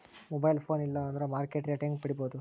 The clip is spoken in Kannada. ಮೊಬೈಲ್ ಫೋನ್ ಇಲ್ಲಾ ಅಂದ್ರ ಮಾರ್ಕೆಟ್ ರೇಟ್ ಹೆಂಗ್ ಪಡಿಬೋದು?